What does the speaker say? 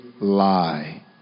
Lie